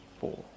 four